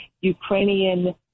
Ukrainian